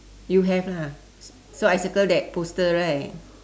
you have lah so I circle that poster right